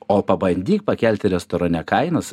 o pabandyk pakelti restorane kainas